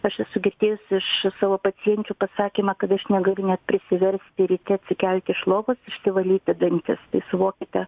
aš esu girdėjusi iš savo pacienčių pasakymą kad aš negaliu net prisiversti ryte atsikelti iš lovos išsivalyti dantis tai suvokite